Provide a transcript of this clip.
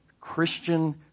Christian